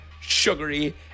sugary